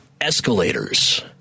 escalators